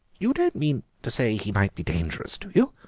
you don't mean to say he might be dangerous, do you?